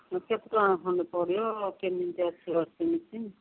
ହଁ କେତେ ଟଙ୍କା ଖଣ୍ଡେ ପଡ଼ିବ କେମିତି ଅଛି ୱାସିଂ ମେସିନ୍